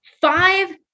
five